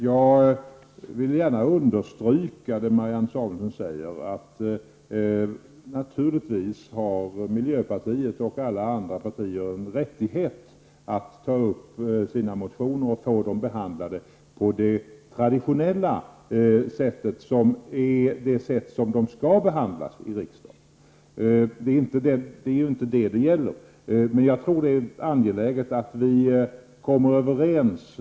När det gäller det Marianne Samuelsson sade, vill jag gärna understryka att miljöpartiet och alla andra partier naturligtvis har rätt att ta upp sina motioner och få dem behandlade på det traditionella sätt på vilket de skall behandlas i riksdagen. Det är inte detta det gäller.